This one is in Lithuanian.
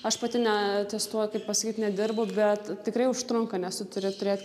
aš pati ne ties tuo kaip pasakyt nedirbu bet tikrai užtrunka nes tu turi turėt